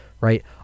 right